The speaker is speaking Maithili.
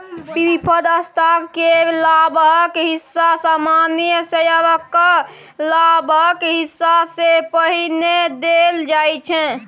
प्रिफर्ड स्टॉक केर लाभक हिस्सा सामान्य शेयरक लाभक हिस्सा सँ पहिने देल जाइ छै